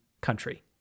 country